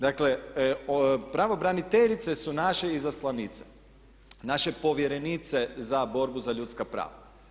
Dakle, pravobraniteljice su naše izaslanice, naše povjerenice za borbu za ljudska prava.